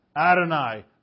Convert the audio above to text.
Adonai